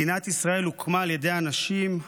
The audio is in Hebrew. מדינת ישראל הוקמה על ידי אנשים,